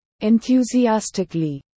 Enthusiastically